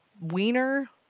wiener